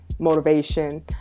motivation